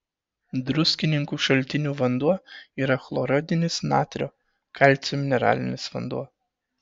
druskininkų šaltinių vanduo yra chloridinis natrio kalcio mineralinis vanduo